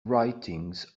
writings